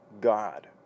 God